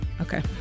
okay